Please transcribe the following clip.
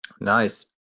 nice